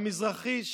המזרחי,